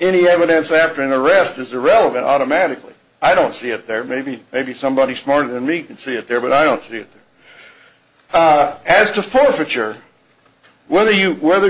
any evidence after an arrest is irrelevant automatically i don't see it there maybe maybe somebody smarter than me can see it there but i don't see it as to forfeiture whether you whether